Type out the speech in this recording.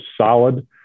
solid